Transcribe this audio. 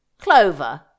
Clover